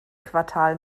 quartal